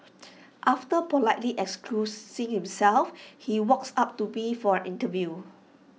after politely excusing himself he walks up to me for our interview